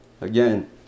again